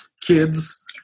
kids